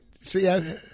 see